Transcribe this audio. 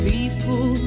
People